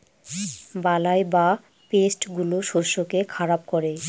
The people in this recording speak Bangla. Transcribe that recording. বালাই বা পেস্ট গুলো শস্যকে খারাপ করে